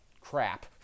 crap